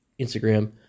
Instagram